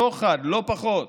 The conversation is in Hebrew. שוחד, לא פחות.